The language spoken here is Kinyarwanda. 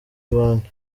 banki